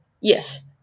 Yes